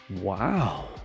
Wow